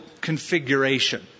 configuration